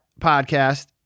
podcast